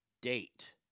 date